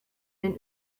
den